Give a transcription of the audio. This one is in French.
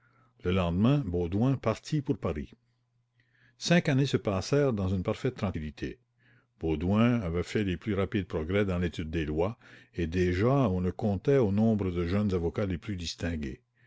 le lendemain baudouin partit pour paris cinq années se passèrent dans une parfaite tranquillité baudouin avait fait les plus rapides progrès dans l'étude des lois et déjà on le comptait au nombre des jeunes avocats les plus distingués